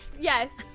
Yes